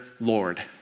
Lord